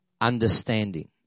understanding